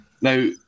Now